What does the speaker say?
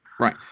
Right